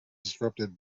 disrupted